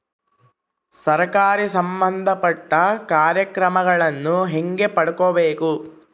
ಸರಕಾರಿ ಸಂಬಂಧಪಟ್ಟ ಕಾರ್ಯಕ್ರಮಗಳನ್ನು ಹೆಂಗ ಪಡ್ಕೊಬೇಕು?